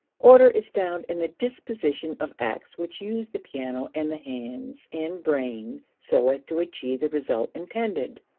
order is found in the disposition of acts which use the piano and the hands and brain so as to achieve the result intended.